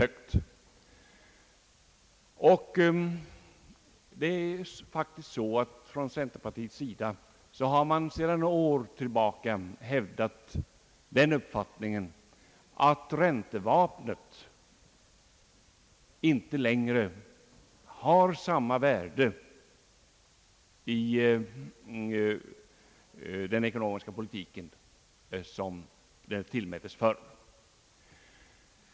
Centerpartiet har faktiskt under många år hävdat den uppfattningen att räntevapnet inte längre har samma värde i den ekonomiska politiken som det tillmättes förr.